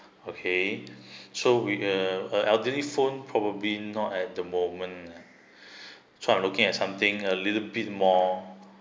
okay so we err uh elderly phone probably not at the moment ah so I'm looking at something a little bit more